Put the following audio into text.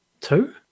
Two